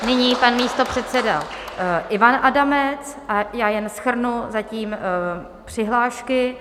Nyní pan místopředseda Ivan Adamec a já jen shrnu zatím přihlášky.